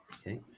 Okay